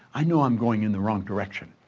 i know i'm going in the wrong direction.